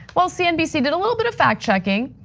well, cnbc did a little bit of fact checking.